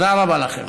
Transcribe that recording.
תודה רבה לכם.